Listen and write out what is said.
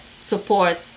support